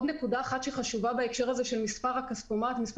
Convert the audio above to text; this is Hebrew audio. יש עוד נקודה אחת שחשובה בהקשר הזה של מספר המכשירים.